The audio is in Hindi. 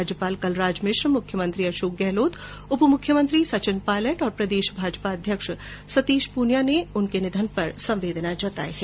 राज्यपाल कलराज मिश्र मुख्यमंत्री अशोक गहलोत उपमुख्यमंत्री सचिन पायलट और प्रदेश भाजपा अध्यक्ष सतीश पूनिया ने उनके निधन पर संवेदना व्यक्त की है